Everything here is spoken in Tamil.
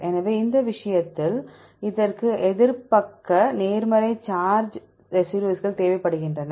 எனவே இந்த விஷயத்தில் அதற்கு எதிர் பக்க நேர்மறை சார்ஜ் ரெசிடியூஸ்கள் தேவைப்படுகின்றன